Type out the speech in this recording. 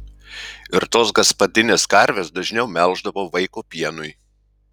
ir tos gaspadinės karves dažniau melždavo vaiko pienui